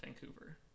Vancouver